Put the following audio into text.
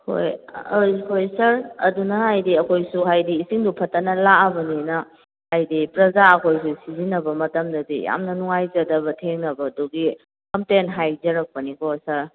ꯍꯣꯏ ꯍꯣꯏ ꯁꯥꯔ ꯑꯗꯨꯅ ꯍꯥꯏꯗꯤ ꯑꯩꯈꯣꯏꯁꯨ ꯍꯥꯏꯗꯤ ꯏꯁꯤꯡꯗꯨ ꯐꯠꯇꯅ ꯂꯥꯛꯑꯕꯅꯤꯅ ꯍꯥꯏꯗꯤ ꯄ꯭ꯔꯖꯥ ꯑꯩꯈꯣꯏꯁꯨ ꯁꯤꯖꯤꯟꯅꯕ ꯃꯇꯝꯗꯗꯤ ꯌꯥꯝꯅ ꯅꯨꯡꯉꯥꯏꯖꯗꯕ ꯊꯦꯡꯅꯕꯗꯨꯒꯤ ꯀꯝꯄ꯭ꯂꯦꯟ ꯍꯥꯏꯖꯔꯛꯄꯅꯤꯀꯣ ꯁꯥꯔ